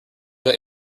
got